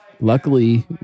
luckily